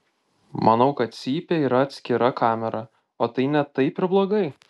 manau kad cypė yra atskira kamera o tai ne taip ir blogai